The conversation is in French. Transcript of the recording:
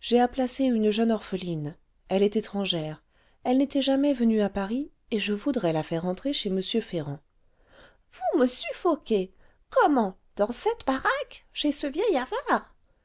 j'ai à placer une jeune orpheline elle est étrangère elle n'était jamais venue à paris et je voudrais la faire entrer chez m ferrand vous me suffoquez comment dans cette baraque chez ce vieil avare